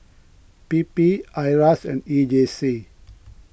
P P Iras and E J C